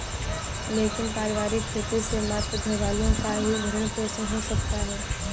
लेकिन पारिवारिक खेती से मात्र घरवालों का ही भरण पोषण हो सकता है